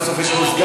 גם סוף-סוף יש לנו,